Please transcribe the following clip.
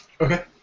Okay